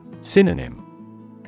Synonym